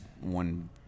one